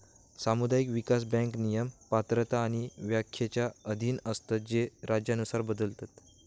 समुदाय विकास बँक नियम, पात्रता आणि व्याख्येच्या अधीन असतत जे राज्यानुसार बदलतत